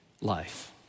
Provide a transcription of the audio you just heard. life